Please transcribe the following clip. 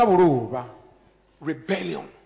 rebellion